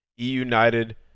E-United